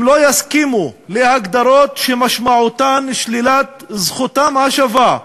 הם לא יסכימו להגדרות שמשמעותן שלילת זכותם השווה,